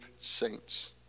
saints